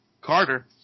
Carter